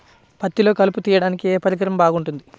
పత్తిలో కలుపు తీయడానికి ఏ పరికరం బాగుంటుంది?